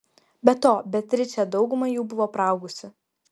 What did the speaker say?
be to beatričė daugumą jų buvo praaugusi